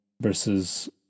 versus